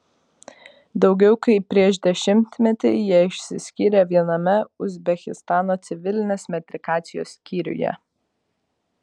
daugiau kaip prieš dešimtmetį jie išsiskyrė viename uzbekistano civilinės metrikacijos skyriuje